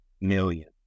million